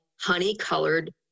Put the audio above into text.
honey-colored